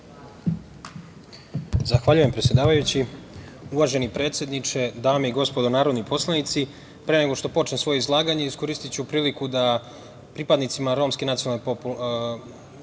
Zahvaljujem, predsedavajući. Uvaženi predsedniče, dame i gospodo narodni poslanici, pre nego što počnem svoje izlaganje iskoristiću priliku da pripadnicima romske nacionalne populacije